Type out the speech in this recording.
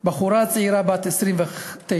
בחורה צעירה בת 29,